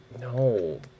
No